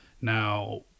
Now